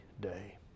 day